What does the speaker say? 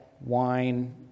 wine